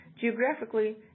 Geographically